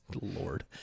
Lord